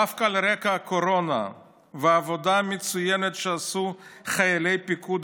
דווקא על רקע הקורונה והעבודה המצוינת שעשו חיילי פיקוד